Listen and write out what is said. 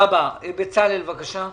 בצלאל סמוטריץ, בבקשה.